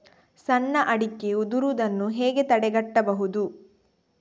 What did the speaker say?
ಸಣ್ಣ ಅಡಿಕೆ ಉದುರುದನ್ನು ಹೇಗೆ ತಡೆಗಟ್ಟಬಹುದು?